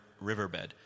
riverbed